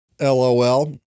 LOL